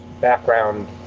background